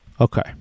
Okay